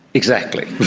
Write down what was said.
exactly.